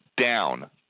down